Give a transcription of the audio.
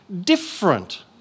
different